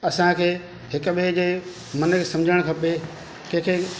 असांखे हिक ॿिए जे मन खे सम्झाइणु खपे कंहिंखे